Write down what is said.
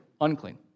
unclean